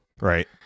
Right